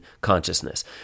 consciousness